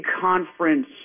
conference